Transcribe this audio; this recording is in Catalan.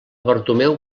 bartomeu